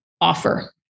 offer